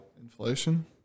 Inflation